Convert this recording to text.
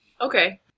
Okay